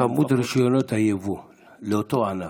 כמות רישיונות היבוא לאותו ענף,